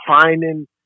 finding